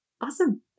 Awesome